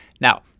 Now